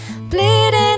Bleeding